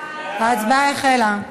ההצבעה החלה.